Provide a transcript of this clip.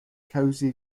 cosy